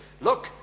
Look